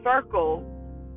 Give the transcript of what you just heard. circle